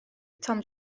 tom